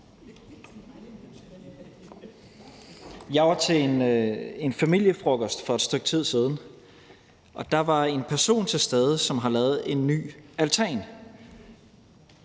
Jeg var til en familiefrokost for et stykke tid siden, og der var en person til stede, som har lavet en ny altan.